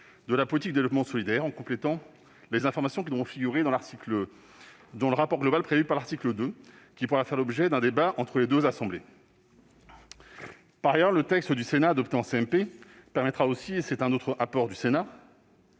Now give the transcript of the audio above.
de la politique de développement solidaire, en complétant les informations devant figurer dans le rapport global prévu à l'article 2, qui devra faire l'objet d'un débat dans les deux assemblées. Par ailleurs, le texte adopté en commission mixte paritaire permettra aussi- et c'est un autre apport du Sénat